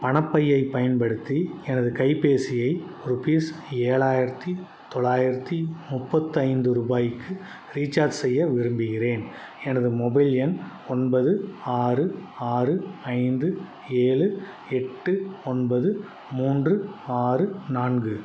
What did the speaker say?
பணப்பையைப் பயன்படுத்தி எனது கைப்பேசியை ரூபீஸ் ஏழாயிரத்தி தொள்ளாயிரத்தி முப்பத்தைந்து ரூபாய்க்கு ரீச்சார்ஜ் செய்ய விரும்புகின்றேன் எனது மொபைல் எண் ஒன்பது ஆறு ஆறு ஐந்து ஏழு எட்டு ஒன்பது மூன்று ஆறு நான்கு